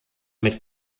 mit